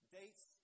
dates